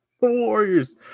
Warriors